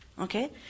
okay